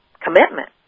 commitment